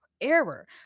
error